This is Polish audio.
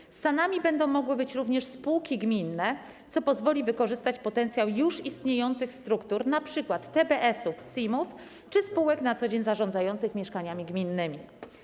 Społecznymi agencjami najmu będą mogły być również spółki gminne, co pozwoli wykorzystać potencjał już istniejących struktur, np. TBS-ów, SIM czy spółek na co dzień zarządzających mieszkaniami gminnymi.